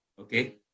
okay